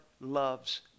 loves